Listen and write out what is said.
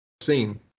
seen